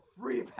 free